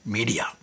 Media